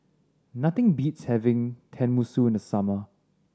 nothing beats having Tenmusu in the summer